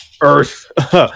earth